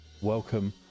welcome